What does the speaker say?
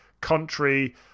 country